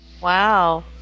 Wow